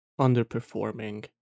underperforming